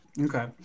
Okay